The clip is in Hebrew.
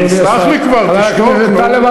אל-אקצא למוסלמים, תסלח לי כבר, תשתוק, נו.